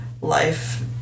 life